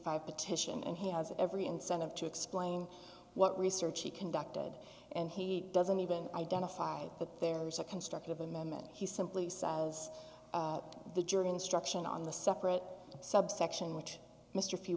five petition and he has every incentive to explain what research he conducted and he doesn't even identify that there is a constructive amendment he simply says the jury instruction on the separate subsection which mr fe